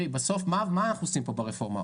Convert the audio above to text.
בסוף מה אנחנו עושים פה ברפורמה?